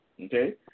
okay